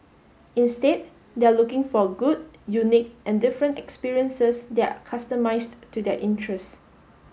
instead they are looking for good unique and different experiences that are customised to their interests